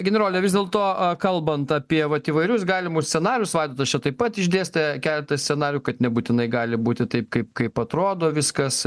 generole vis dėlto kalbant apie vat įvairius galimus scenarijus vaidotas čia taip pat išdėstė keletą scenarijų kad nebūtinai gali būti taip kaip kaip atrodo viskas